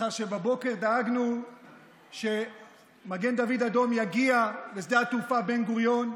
לאחר שבבוקר דאגנו שמגן דוד אדום יגיע לשדה התעופה בן-גוריון,